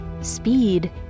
Speed